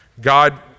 God